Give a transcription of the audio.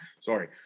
sorry